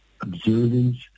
observance